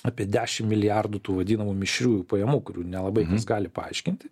apie dešim milijardų tų vadinamų mišriųjų pajamų kurių nelabai gali paaiškinti